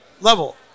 level